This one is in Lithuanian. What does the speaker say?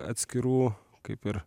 atskirų kaip ir